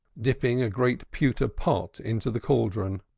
dipping a great pewter pot into the cauldron.